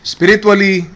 Spiritually